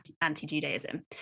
anti-Judaism